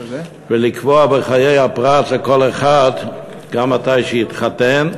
ולקבוע בחיי הפרט לכל אחד מתי יתחתן,